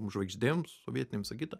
žvaigždėm sovietinėm visa kita